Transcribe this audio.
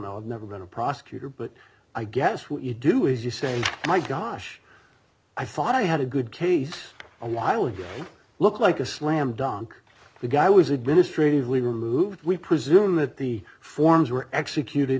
know i've never been a prosecutor but i guess what you do is you say my gosh i thought i had a good case a while ago looked like a slam dunk the guy was administrative leave or move we presume that the forms were executed